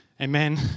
Amen